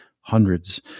hundreds